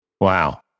Wow